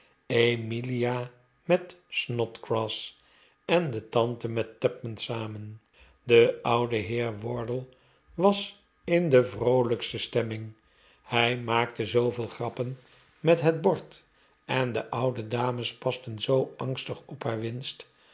emilia met snodgrass en de tante met tupman samen de oude heer wardle was in de vroolijkste stemming hij maakte zooveel grappen met het bord en de oude dames pasten zoo angstig op haar winst